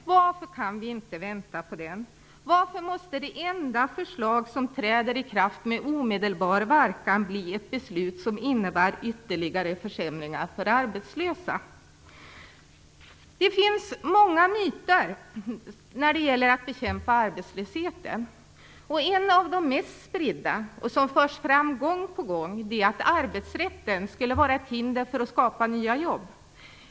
Varför kan vi inte vänta på resultatet av den? Varför måste det enda förslag som träder i kraft med omedelbar verkan bli ett beslut som innebär ytterligare försämringar för arbetslösa? Det finns många myter när det gäller att bekämpa arbetslösheten. En av de mest spridda, som förs fram gång på gång, är att arbetsrätten skulle vara ett hinder för att skapa nya jobb.